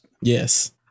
yes